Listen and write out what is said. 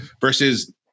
versus